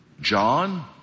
John